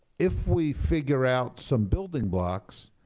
if we figure out some building blocks,